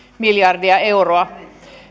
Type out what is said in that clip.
miljardia euroa